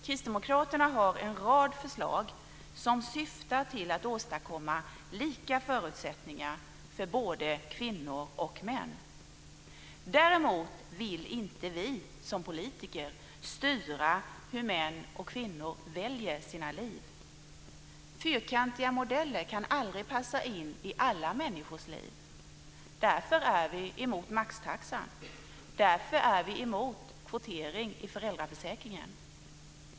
Kristdemokraterna har en rad förslag som syftar till att åstadkomma lika förutsättningar för både kvinnor och män. Däremot vill inte vi som politiker styra hur män och kvinnor väljer sina liv. Fyrkantiga modeller kan aldrig passa in i alla människors liv. Därför är vi emot maxtaxa och kvotering i föräldraförsäkringen.